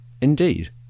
Indeed